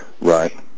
Right